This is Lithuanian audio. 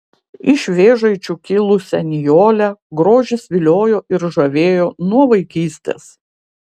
iš vėžaičių kilusią nijolę grožis viliojo ir žavėjo nuo vaikystės